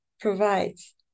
provides